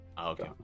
Okay